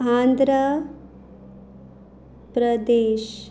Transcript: Andhra Pradesh